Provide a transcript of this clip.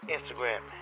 Instagram